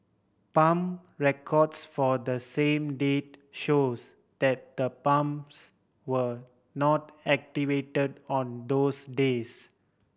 pump records for the same date shows that the pumps were not activated on those days